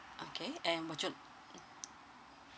okay and would you l~ mm